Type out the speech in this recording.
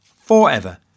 forever